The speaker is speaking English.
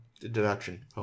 deduction